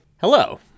Hello